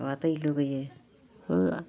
बा दै लुबैयो होया